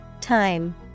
Time